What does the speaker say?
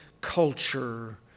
Culture